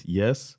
yes